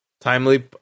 timely